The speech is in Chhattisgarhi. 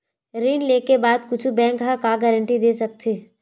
ऋण लेके बाद कुछु बैंक ह का गारेंटी दे सकत हे?